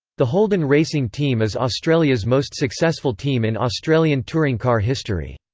the holden racing team is australia's most successful team in australian touring car history.